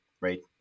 right